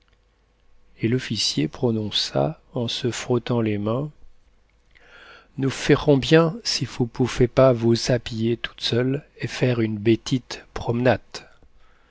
et l'officier prononça en se frottant les mains nous ferrons pien si vous ne poufez bas vous hapiller toute seule et faire une bétite bromenate